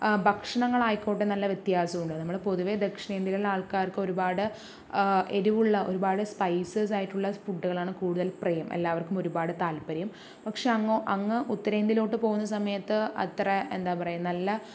ഭക്ഷണങ്ങൾ ആയിക്കോട്ടെ നല്ല വ്യത്യാസം ഉണ്ട് നമ്മൾ പൊതുവേ ദക്ഷിണേന്ത്യയിൽ ഉള്ള ആൾക്കാർക്ക് ഒരുപാട് എരിവുള്ള ഒരുപാട് സ്പൈസസ് ആയിട്ടുള്ള ഫുഡുകളാണ് കൂടുതൽ പ്രിയം എല്ലാവർക്കും ഒരുപാട് താത്പര്യം പക്ഷേ അങ്ങോ അങ്ങ് ഉത്തരേന്ത്യയിലോട്ട് പോകുന്ന സമയത്ത് അത്ര എന്താ പറയുക നല്ല